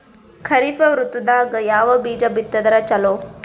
ಖರೀಫ್ ಋತದಾಗ ಯಾವ ಬೀಜ ಬಿತ್ತದರ ಚಲೋ?